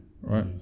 Right